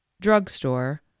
drugstore